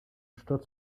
sturz